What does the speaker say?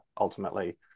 ultimately